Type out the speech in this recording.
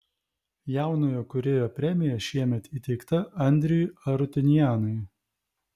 jaunojo kūrėjo premija šiemet įteikta andriui arutiunianui